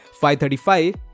535